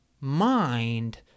mind